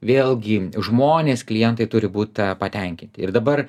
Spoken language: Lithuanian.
vėlgi žmonės klientai turi būt patenkinti ir dabar